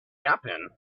happen